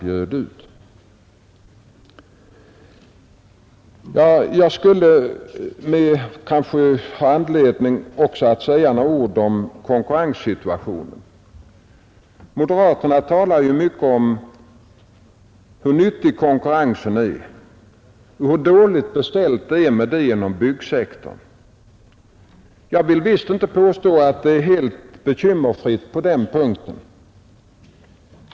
Jag skulle kanske också ha anledning att säga några ord om konkurrenssituationen. Moderaterna talar ju mycket om hur nyttig konkurrensen är och hur dåligt beställt det är med den inom byggsektorn. Jag vill visst inte påstå att det är helt bekymmersfritt på den punkten.